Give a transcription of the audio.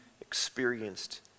experienced